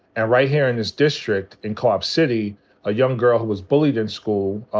and right here in this district in co-op city a young girl who was bullied in school,